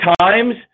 times